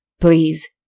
please